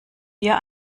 hier